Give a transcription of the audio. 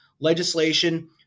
legislation